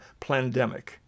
Plandemic